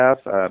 staff